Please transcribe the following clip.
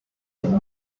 been